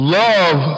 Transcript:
love